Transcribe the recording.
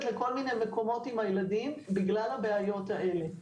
לכל מיני מקומות עם הילדים בגלל הבעיות האלה,